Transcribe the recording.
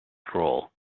scroll